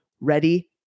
Ready